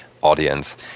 audience